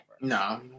no